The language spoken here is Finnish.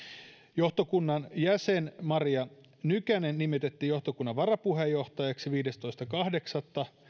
johtokunnan jäsen marja nykänen nimitettiin johtokunnan varapuheenjohtajaksi viidestoista kahdeksatta